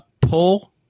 pull